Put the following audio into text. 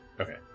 Okay